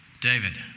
David